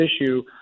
issue